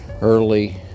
early